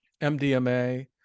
MDMA